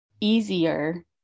easier